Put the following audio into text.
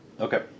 Okay